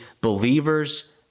believers